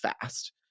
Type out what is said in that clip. fast